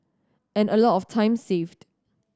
and a lot of time saved